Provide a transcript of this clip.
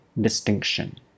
distinction